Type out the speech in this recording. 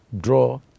draw